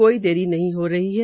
कोई देरी नहीं हो रही है